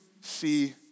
see